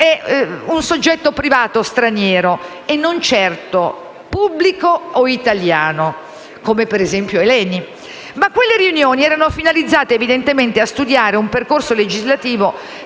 un soggetto privato straniero e non certo pubblico o italiano come, ad esempio, è l'ENI. Ma quelle riunioni erano finalizzate evidentemente a studiare un percorso legislativo